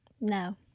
no